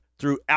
throughout